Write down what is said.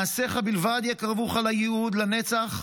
מעשיך בלבד יקרבוך לייעוד, לנצח,